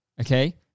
Okay